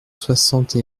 soixante